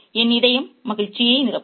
என் இதயம் மகிழ்ச்சியை நிரப்பும்